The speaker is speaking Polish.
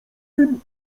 tym